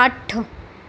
ਅੱਠ